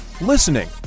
listening